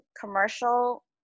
commercial